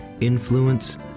influence